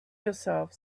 yourself